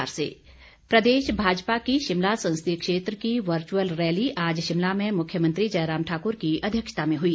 virtual rally प्रदेश भाजपा की शिमला संसदीय क्षेत्र की वर्चुअल रैली आज शिमला में मुख्यमंत्री जयराम ठाकुर की अध्यक्षता में हुई